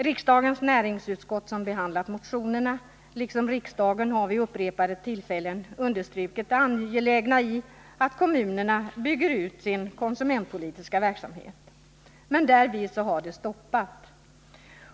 Riksdagens näringsutskott, som har behandlat motionerna, har liksom riksdagen vid upprepade tillfällen understrukit det angelägna i att kommunerna bygger ut sin konsumentpolitiska verksamhet. Men därvid har det stoppat.